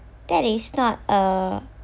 that is not uh